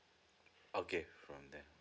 okay from them